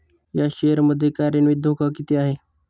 या शेअर मध्ये कार्यान्वित धोका किती आहे?